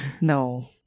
no